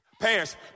Parents